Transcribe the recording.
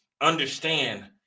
understand